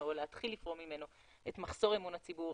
או להתחיל לפרום ממנו את מחסום אמון הציבור,